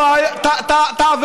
לכן, זה לא שאנחנו מכריחים אותם.